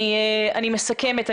אני מסכמת.